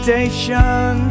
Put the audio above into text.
Station